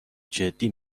جدی